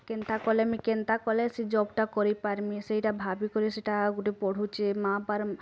କେନ୍ତା କଲେ ମୁଇଁ କେନ୍ତା କଲେ ସେ ଜବ୍ଟା କରିପାର୍ମି ସେଇଟା ଭାବି କରି ସେଇଟା ଆଉ ଗୁଟେ ପଢ଼ୁଛେ ମା ପାରମ୍